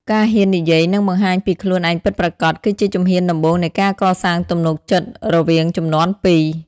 ការហ៊ាននិយាយ និងបង្ហាញពីខ្លួនឯងពិតប្រាកដ គឺជាជំហានដំបូងនៃការកសាងទំនុកចិត្តរវាងជំនាន់ពីរ។